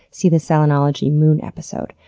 see the selenology moon episode.